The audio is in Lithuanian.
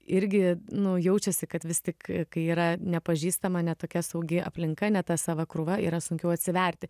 irgi nu jaučiasi kad vis tik kai yra nepažįstama ne tokia saugi aplinka ne ta sava krūva yra sunkiau atsiverti